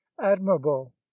admirable